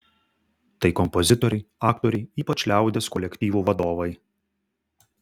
tai kompozitoriai aktoriai ypač liaudies kolektyvų vadovai